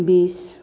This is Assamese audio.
বিছ